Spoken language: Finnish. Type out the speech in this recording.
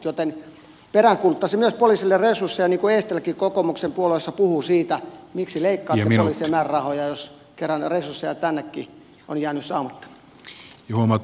joten peräänkuuluttaisin myös poliisille resursseja niin kuin eestiläkin kokoomuksen puolueessa puhuu siitä miksi leikkaatte poliisien määrärahoja jos kerran resursseja tännekin on jäänyt saamatta